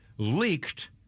leaked